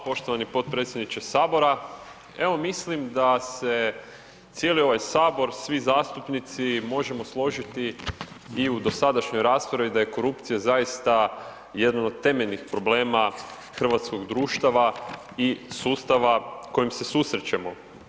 Hvala poštovani potpredsjedniče Sabora, evo mislim da se cijeli ovaj Sabor, svi zastupnici možemo složiti i u dosadašnjoj raspravi, da je korupcija, zaista jedan od temeljnih problema hrvatskog društava i sustava kojim se susrećemo.